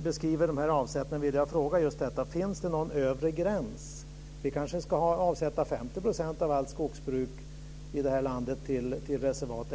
Lindvall beskriver avsättningarna vill jag fråga: Finns det någon övre gräns? Vi kanske ska avsätta 50 % av allt skogsbruk i det här landet till reservat.